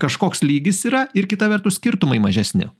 kažkoks lygis yra ir kita vertus skirtumai mažesni